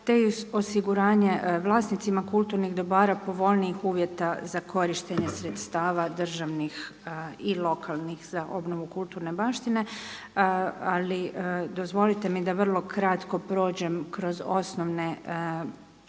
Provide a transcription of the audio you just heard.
te i osiguranje vlasnicima kulturnih dobara povoljnijih uvjeta za korištenje sredstava državnih i lokalnih, za obnovu kulturne baštine. Ali dozvolite mi da vrlo kratko prođem kroz osnovne